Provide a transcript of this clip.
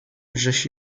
żeś